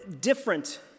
different